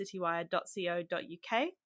citywire.co.uk